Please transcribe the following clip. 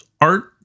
art